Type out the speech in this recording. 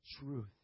truth